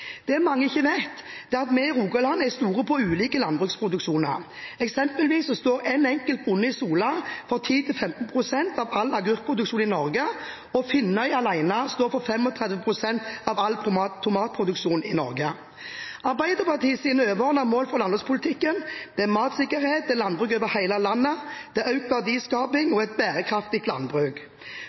Det mange ikke vet, er at vi i Rogaland er store på ulike landbruksproduksjoner. Eksempelvis står én enkelt bonde i Sola for 10–15 pst. av all agurkproduksjon i Norge, og Finnøy alene står for 35 pst. av all tomatproduksjon i Norge. Arbeiderpartiets overordnede mål for landbrukspolitikken er matsikkerhet, landbruk over hele landet, økt verdiskaping og et bærekraftig landbruk.